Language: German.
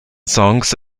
songs